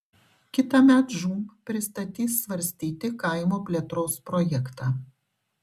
kitąmet žūm pristatys svarstyti kaimo plėtros projektą